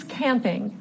camping